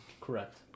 Correct